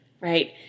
right